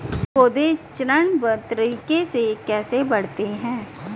पौधे चरणबद्ध तरीके से कैसे बढ़ते हैं?